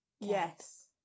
Yes